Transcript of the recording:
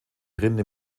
rinde